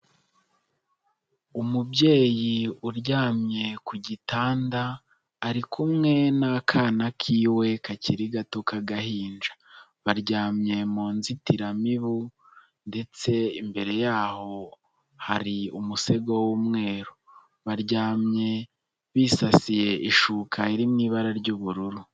Umubyeyi uryamye ku gitanda ari kumwe n'akana k'iwe kakiri gato k'agahinja. Baryamye mu nzitiramibu ndetse imbere yaho hari umusego w'umweru. Baryamye bisasiye ishuka iri mu ibara ry'ubururu.